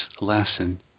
lesson